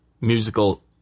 musical